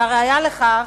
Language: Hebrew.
והראיה לכך,